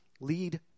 lead